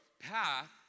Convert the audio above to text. path